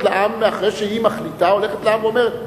אחרי שהיא מחליטה היא הולכת לעם ואומרת,